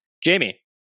Jamie